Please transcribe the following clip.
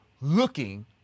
looking